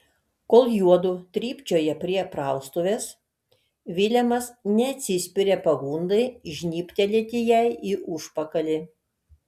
kol juodu trypčioja prie praustuvės vilemas neatsispiria pagundai žnybtelėti jai į užpakalį